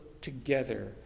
together